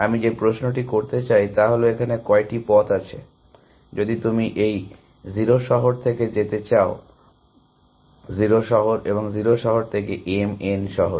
আমি যে প্রশ্নটি করতে চাই তা হল এখানে কয়টি পথ আছে যদি তুমি এই 0 শহর থেকে যেতে চাও 0 0 শহর থেকে mn শহরে